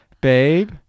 Babe